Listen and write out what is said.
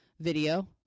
video